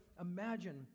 imagine